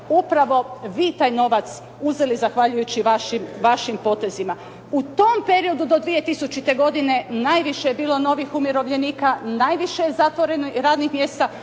upravo vi taj novac uzeli zahvaljujući vašim potezima. U tom periodu do 2000. godine najviše je bilo novih umirovljenika, najviše je zatvoreno radnih mjesta.